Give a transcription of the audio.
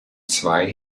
zwei